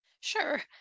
sure